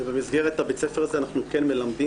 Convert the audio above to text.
ובמסגרת בית הספר הזה אנחנו כן מלמדים